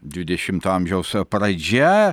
dvidešimto amžiaus pradžia